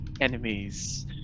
enemies